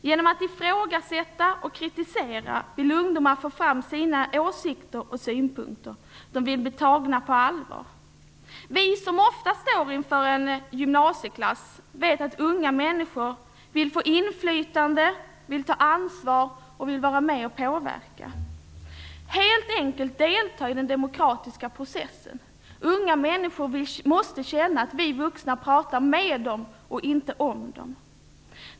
Genom att ifrågasätta och kritisera vill ungdomar få fram sina åsikter och synpunkter och bli tagna på allvar. Vi som ofta står inför en gymnasieklass vet att unga människor vill få inflytande, ta ansvar och vara med och påverka, helt enkelt delta i den demokratiska processen. Unga människor måste känna att vi vuxna pratar med dem och inte om dem.